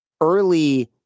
early